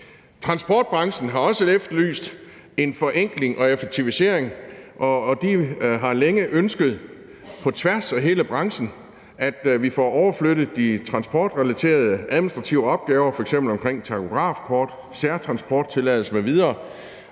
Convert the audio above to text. Transportbranchen har også efterlyst en forenkling og effektivisering, og de har længe ønsket på tværs af hele branchen, at vi får overflyttet de transportrelaterede administrative opgaver omkring f.eks. takografkort, særtransporttilladelser m.v.